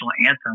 anthem